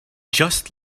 just